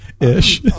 Ish